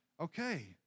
Okay